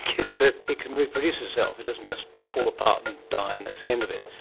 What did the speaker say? is that it can reproduce itself, it doesn't just fall apart and die and that's the end of it,